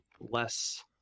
less